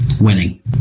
winning